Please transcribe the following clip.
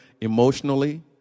emotionally